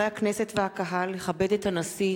חובה על מנהיגים לפעול למען עתיד כזה,